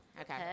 Okay